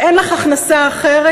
ואין לך הכנסה אחרת.